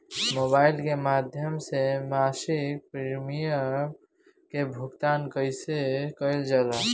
Mobile के माध्यम से मासिक प्रीमियम के भुगतान कैसे कइल जाला?